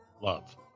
love